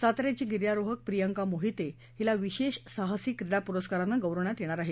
साताऱ्याची गिर्यारोहक प्रियंका मोहिते हिला विशेष साहसी क्रीडा पुरस्कारानं गौरवण्यात येणार आहे